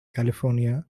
california